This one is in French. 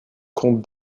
comte